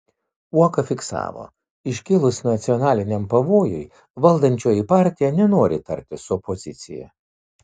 uoka fiksavo iškilus nacionaliniam pavojui valdančioji partija nenori tartis su opozicija